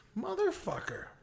Motherfucker